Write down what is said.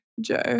Joe